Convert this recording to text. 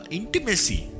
intimacy